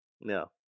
No